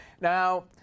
Now